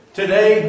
today